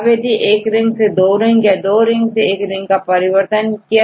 अब यदि एक रिंग से दो रिंग या दो रिंग से एक रिंग परिवर्तित हो